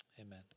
amen